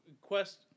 quest